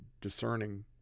discerning